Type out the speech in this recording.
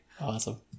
Awesome